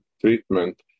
treatment